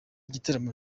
gitaramo